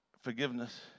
Forgiveness